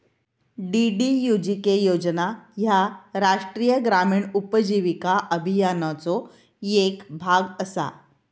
DDUGK योजना ह्या राष्ट्रीय ग्रामीण उपजीविका अभियानाचो येक भाग असा